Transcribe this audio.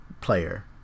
player